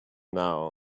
now